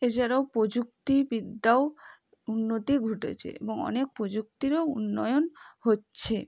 এছাড়াও প্রযুক্তিবিদ্যাও উন্নতি ঘটেছে এবং অনেক প্রযুক্তিরও উন্নয়ন হচ্ছে